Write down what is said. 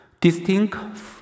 Distinct